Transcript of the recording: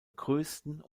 größten